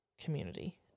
community